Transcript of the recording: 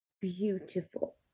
beautiful